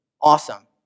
Awesome